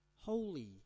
holy